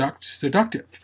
seductive